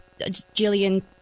Jillian